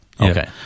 Okay